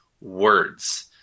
words